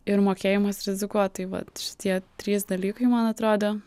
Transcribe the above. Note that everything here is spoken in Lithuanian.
ir mokėjimas rizikuot tai vat šitie trys dalykai man atrodo